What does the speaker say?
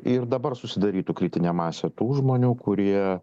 ir dabar susidarytų kritinė masė tų žmonių kurie